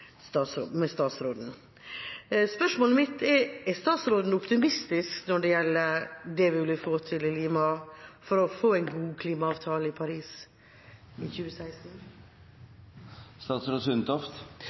statsråden. Spørsmålet mitt er: Er statsråden optimistisk når det gjelder det det er mulig å få til i Lima for å få en god klimaavtale i Paris i